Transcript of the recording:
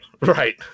Right